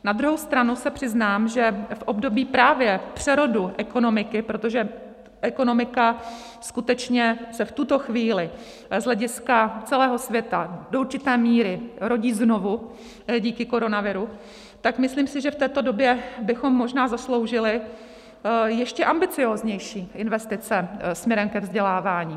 Na druhou stranu se přiznám, že v období právě přerodu ekonomiky, protože ekonomika skutečně se v tuto chvíli z hlediska celého světa do určité míry rodí znovu díky koronaviru, tak myslím si, že v této době bychom možná zasloužili ještě ambicióznější investice směrem ke vzdělávání.